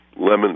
lemon